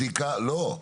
לא,